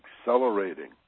accelerating